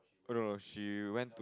oh no no she went